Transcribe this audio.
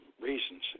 reasons